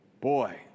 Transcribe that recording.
Boy